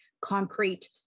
concrete